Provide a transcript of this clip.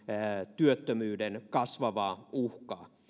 työttömyyden kasvavaa uhkaa